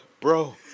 Bro